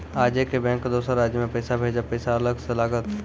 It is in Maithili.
आजे के बैंक मे दोसर राज्य मे पैसा भेजबऽ पैसा अलग से लागत?